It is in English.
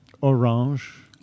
Orange